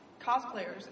cosplayers